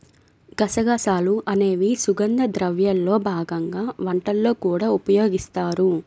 గసగసాలు అనేవి సుగంధ ద్రవ్యాల్లో భాగంగా వంటల్లో కూడా ఉపయోగిస్తారు